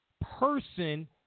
person